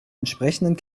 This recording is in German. entsprechenden